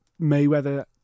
Mayweather